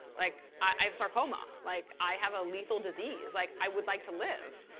like i have sarcoma. like i have a lethal disease. like i would like to live.